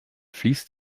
fließt